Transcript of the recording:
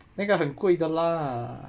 那个很贵的 lah